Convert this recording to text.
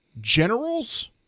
Generals